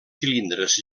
cilindres